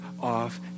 off